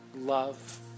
love